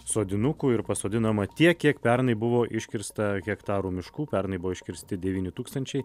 sodinukų ir pasodinama tiek kiek pernai buvo iškirsta hektarų miškų pernai buvo iškirsti devyni tūkstančiai